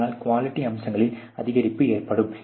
அதனால் குவாலிட்டி அம்சங்களில் அதிகரிப்பு ஏற்பட்டும்